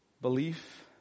belief